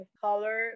color